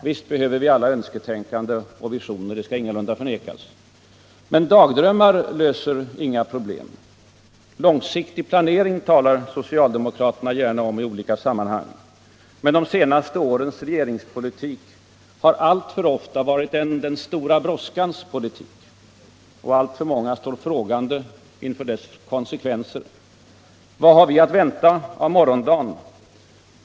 Visst behöver vi alla önsketänkande och visioner — det skall ingalunda förnekas. Men dagdrömmar löser inga problem. Långsiktig planering talar socialdemokraterna gärna om i olika sammanhang. Men de senaste årens regeringspolitik har alltför ofta varit en den stora brådskans politik. Alltför många står frågande inför dess konsekvenser. Vad har vi att vänta av morgondagen?